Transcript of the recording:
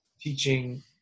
teaching